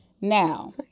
now